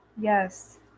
Yes